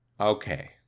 okay